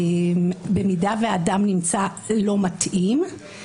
במידה והאדם נמצא לא מתאים,